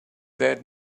that